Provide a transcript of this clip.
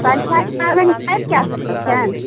बरसाइत पाबनि सभ कै सकैत छनि